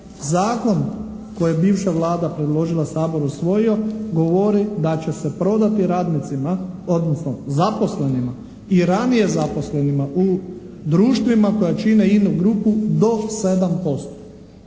Zakon koji je bivša Vlada predložila, Sabor usvojio govori da će se prodati radnicima, odnosno zaposlenima i ranije zaposlenima u društvima koja čine INA grupu do 7%.